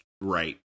right